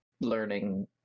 learning